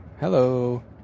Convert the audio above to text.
Hello